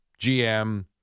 GM